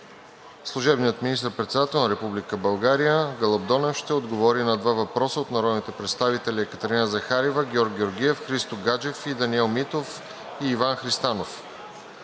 Служебният министър-председател на Република България Гълъб Донев ще отговори на два въпроса от народните представители Екатерина Захариева, Георг Георгиев, Христо Гаджев и Даниел Митов; и Иван Христанов.